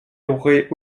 aurait